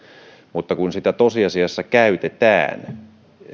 mutta sitä tosiasiassa käytetään